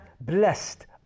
blessed